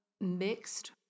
mixed